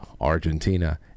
Argentina